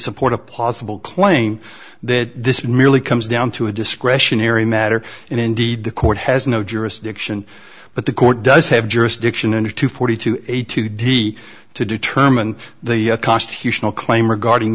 support a possible claim that this merely comes down to a discretionary matter and indeed the court has no jurisdiction but the court does have jurisdiction and a two forty two a two d to determine the constitutional claim regarding